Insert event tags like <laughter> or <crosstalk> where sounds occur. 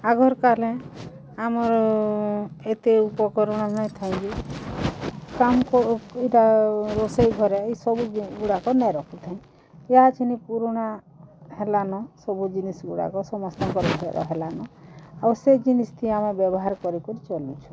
ଆଗର୍ କାଲେ ଆମର୍ ଏତେ ଉପକରଣ ଆମେ ଥାଇ କି କାମ୍ କୁ ଇଟା ରୋଷେଇ କରାଇ ସବୁ ଗୁଡ଼ାକ ନ ରଖୁ ଥାଇଁ ଈହା ଚିନି ପୁରୁଣା ହେଲା ନ ସବୁ ଜିନିଷ୍ ଗୁଡ଼ାକ ସମସ୍ତଙ୍କର <unintelligible> ହେଲା ନ ଆର୍ ସେ ଜିନିଷ୍ ଥି ଆମେ ବ୍ୟବହାର୍ କରି କରି ଚଲୁଛୁଁ ଆଗର୍ କାଲେ ଆମର୍ ଏତେ ଉପକରଣ ଆମେ ଥାଇ କି କାମ୍ କୁ ଇଟା ରୋଷେଇ କରାଇ ସବୁ ଗୁଡ଼ାକ ନ ରଖୁ ଥାଇଁ ଈହା ଚିନି ପୁରୁଣା ହେଲା ନ ସବୁ ଜିନିଷ୍ ଗୁଡ଼ାକ ସମସ୍ତଙ୍କର <unintelligible> ହେଲା ନ ଆର୍ ସେ ଜିନିଷ୍ ଥି ଆମେ ବ୍ୟବହାର୍ କରି କରି ଚଲୁଛୁଁ